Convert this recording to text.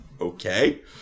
okay